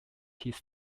his